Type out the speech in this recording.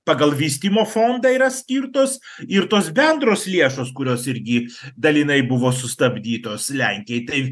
pagal vystymo fondą yra skirtos ir tos bendros lėšos kurios irgi dalinai buvo sustabdytos lenkijai tai